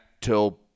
till